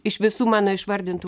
iš visų mano išvardintų